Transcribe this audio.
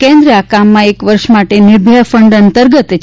કેન્દ્ર આ કામમાં એક વર્ષ માટે નિર્ભાયા ફંડ અંતર્ગત રૂા